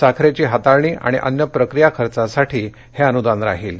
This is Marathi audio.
साखरेची हाताळणी आणि अन्य प्रक्रिया खर्चासाठी हे अनुदान राहील